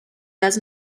does